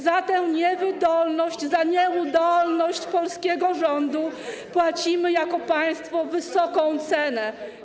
Za tę niewydolność, za nieudolność polskiego rządu płacimy jako państwo wysoką cenę.